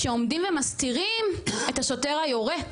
שעומדים ומסתירים את השוטר היורה.